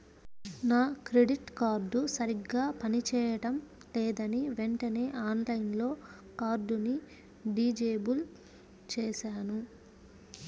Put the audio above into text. నా credit card సరిగ్గా పని చేయడం లేదని వెంటనే ఆన్లైన్లో కార్డుని డిజేబుల్ చేశాను